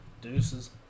Deuces